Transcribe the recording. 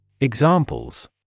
Examples